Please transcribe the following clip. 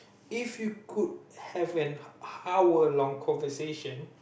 if you could have an hour long conversation